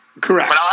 Correct